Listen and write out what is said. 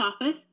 office